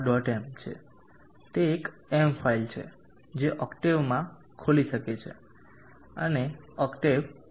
m છે તે એક m ફાઇલ છે જે ઓક્ટેવમાં ખોલી શકે છે અને ઓક્ટાવે ચલાવી શકે છે